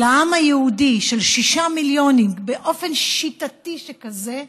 של העם היהודי, של 6 מיליונים, באופן שיטתי שכזה,